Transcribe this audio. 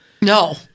No